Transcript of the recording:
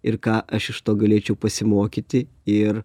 ir ką aš iš to galėčiau pasimokyti ir